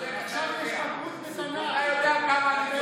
אתה יודע כמה אני,